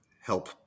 help